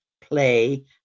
play